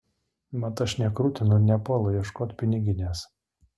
mat aš nekrutu ir nepuolu ieškot piniginės